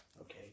Okay